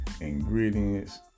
ingredients